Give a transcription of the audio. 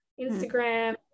Instagram